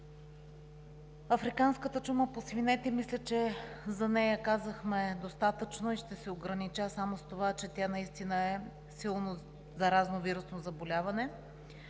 африканската чума по свинете мисля, че за нея казахме достатъчно и ще се огранича само с това, че тя наистина е силно заразно вирусно заболяване.